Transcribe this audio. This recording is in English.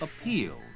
appeal